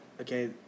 Okay